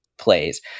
plays